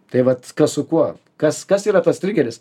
tai vat kas su kuo kas kas yra tas trigeris